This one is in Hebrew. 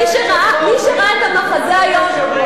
מי שראה את המחזה היום,